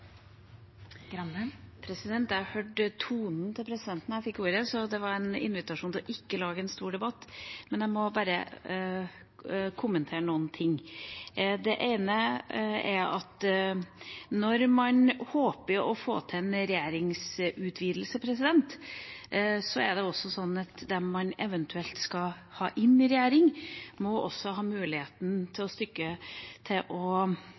Jeg hørte tonen til presidenten da jeg fikk ordet – det var en invitasjon til ikke å lage en stor debatt – men jeg må kommentere noen ting. Det ene er at når man håper å få til en regjeringsutvidelse, er det slik at dem man eventuelt skal ta inn i regjering, også må ha mulighet til